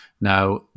Now